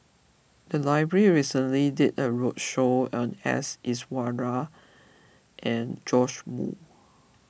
the library recently did a roadshow on S Iswaran and Joash Moo